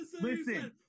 listen